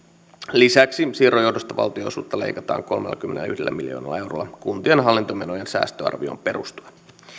lisäksi siirron johdosta valionosuutta leikataan kolmellakymmenelläyhdellä miljoonalla eurolla kuntien hallintomenojen säästöarvioon perustuen